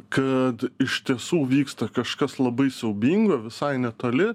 kad iš tiesų vyksta kažkas labai siaubingo visai netoli